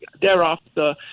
thereafter